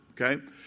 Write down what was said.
Okay